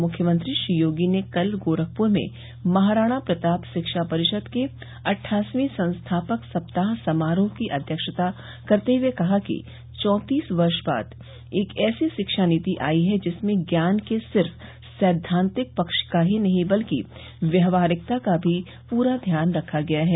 मुख्यमंत्री श्री योगी कल गोरखप्र में महाराणा प्रताप शिक्षा परिषद के अट्ठासवीं संस्थापक सप्ताह समारोह की अध्यक्षता करते हुए कहा कि चौंतीस वर्ष बाद एक ऐसी शिक्षा नीति आयी है जिसमें ज्ञान के सिर्फ सैद्वान्तिक पक्ष ही नहीं बल्कि व्यहारिकता का पूरा ध्यान रखा गया है